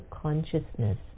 consciousness